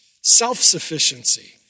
self-sufficiency